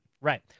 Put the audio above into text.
Right